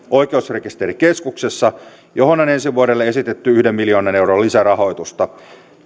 oikeusrekisterikeskuksessa johon on ensi vuodelle esitetty yhden miljoonan euron lisärahoitusta